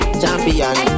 champion